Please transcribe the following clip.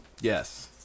Yes